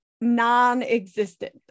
non-existent